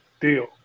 deal